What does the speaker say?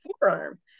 forearm